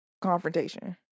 confrontation